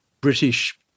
British